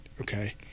okay